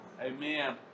Amen